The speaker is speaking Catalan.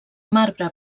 marbre